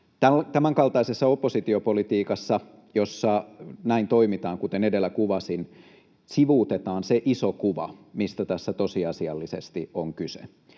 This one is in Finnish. Tämänkaltaisessa oppositiopolitiikassa, jossa näin toimitaan, kuten edellä kuvasin, sivuutetaan se iso kuva, mistä tässä tosiasiallisesti on kyse.